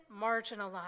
marginalized